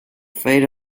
fate